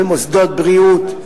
במוסדות בריאות,